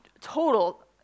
total